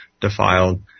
defiled